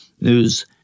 news